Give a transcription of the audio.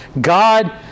God